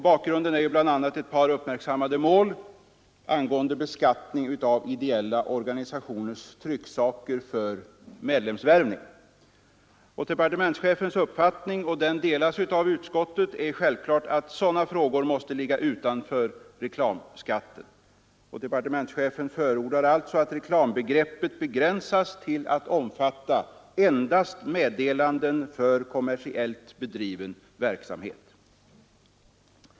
Bakgrunden är bl.a. ett par uppmärksammade mål angående beskattning av ideella organisationers trycksaker för medlemsvärvning. Departementschefens uppfattning, och den delas av utskottet, är självklart att sådana trycksaker måste ligga utanför reklamskatten. Departementschefen förordar alltså att reklambegreppet begränsas till att omfatta endast meddelanden för kommersiellt bedriven verksamhet.